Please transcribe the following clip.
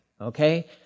okay